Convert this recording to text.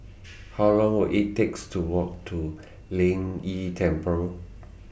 How Long Will IT takes to Walk to Lin Yi Temple